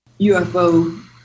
UFO